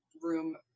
room